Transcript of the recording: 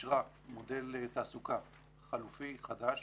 אישרה מודל תעסוקה חלופי חדש